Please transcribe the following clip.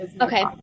okay